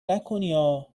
نکنیا